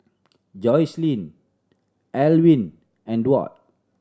Joslyn Elwyn and Duard